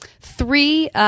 three